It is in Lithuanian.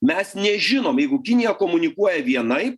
mes nežinom jeigu kinija komunikuoja vienaip